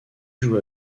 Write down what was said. joue